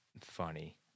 funny